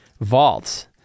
vaults